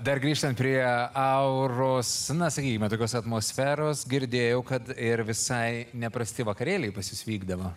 dar grįžtant prie auros na sakykime tokios atmosferos girdėjau kad ir visai neprasti vakarėliai pas jus vykdavo